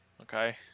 Okay